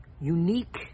unique